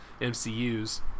MCUs